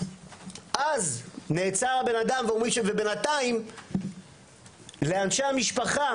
אז נעצר בן אדם ובינתיים אנשי המשפחה